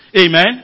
Amen